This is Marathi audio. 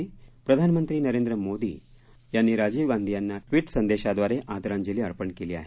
पंतप्रधान नरेंद्र मोदी यांनी राजीव गांधी यांना ट्वीट संदेशाद्वारे आदरांजली अर्पण केली आहे